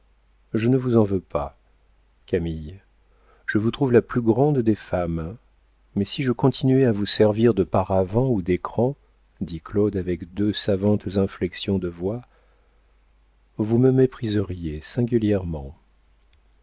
je ne vous en veux pas camille je vous trouve la plus grande des femmes mais si je continuais à vous servir de paravent ou d'écran dit claude avec deux savantes inflexions de voix vous me mépriseriez singulièrement